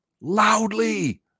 loudly